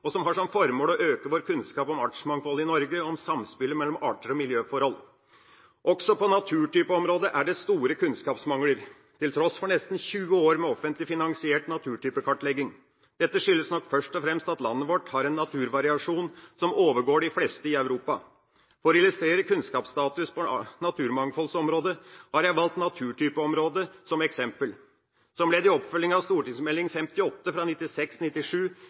og som har som formål å øke vår kunnskap om artsmangfoldet i Norge og om samspillet mellom arter og miljøforhold. Også på naturtypeområdet er det store kunnskapsmangler, til tross for nesten 20 år med offentlig finansiert naturtypekartlegging. Dette skyldes nok først og fremst at landet vårt har en naturvariasjon som overgår de fleste land i Europa. For å illustrere kunnskapsstatus på naturmangfoldområdet har jeg valgt naturtypeområdet som eksempel. Som ledd i oppfølgingen av St.meld. nr. 58